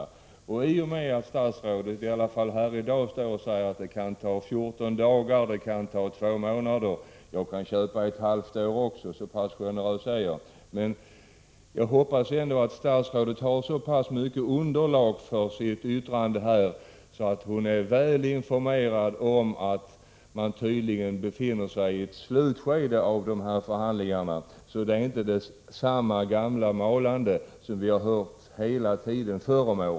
Statsrådet säger ju här i dag att det kan ta 14 dagar eller två månader. Jag är så pass generös att jag kan köpa även ett besked om att det tar ett halvår. Jag hoppas att statsrådet har ett mycket gott underlag för sitt yttrande och att hon är väl informerad om att förhandlingarna är i ett slutskede, så att det inte är fråga om samma gamla malande som under tidigare år.